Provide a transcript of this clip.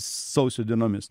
sausio dienomis